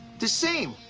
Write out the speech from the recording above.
the same!